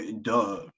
Duh